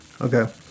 Okay